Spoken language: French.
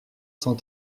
cent